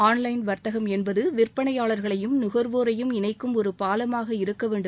online வர்த்தகம் என்பது விற்பனையாளர்களையும் நுகர்வோரையும் இணைக்கும் ஒரு பாலமாக இருக்க வேண்டும்